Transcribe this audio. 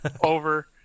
over